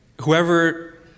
whoever